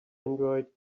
android